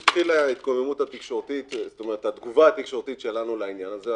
התחילה התגובה התקשורתית שלנו לעניין הזה,